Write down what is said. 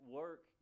work